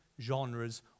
genres